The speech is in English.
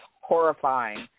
horrifying –